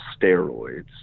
steroids